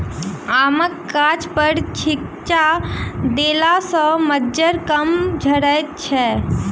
आमक गाछपर छिच्चा देला सॅ मज्जर कम झरैत छै